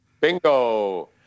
Bingo